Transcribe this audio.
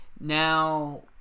now